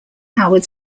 howard